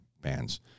bands